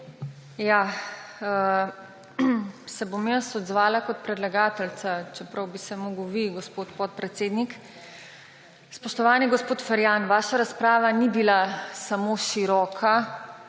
se bom kot predlagateljica, čeprav bi se morali vi, gospod podpredsednik. Spoštovani gospod Ferjan, vaša razprava ni bila samo široka,